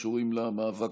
בעד.